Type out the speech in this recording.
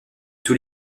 tous